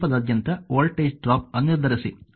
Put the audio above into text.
ದೀಪದಾದ್ಯಂತ voltage drop ಅನ್ನು ನಿರ್ಧರಿಸಿ